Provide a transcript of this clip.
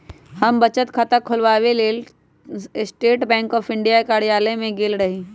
हम बचत खता ख़ोलबाबेके लेल स्टेट बैंक ऑफ इंडिया के कर्जालय में गेल रही